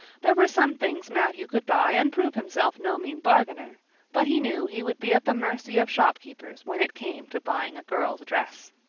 there were some things matthew could buy and prove himself no mean bargainer but he knew he would be at the mercy of shopkeepers when it came to buying a girl's dress.